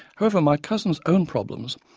however my cousin's own problems,